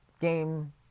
game